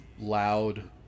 loud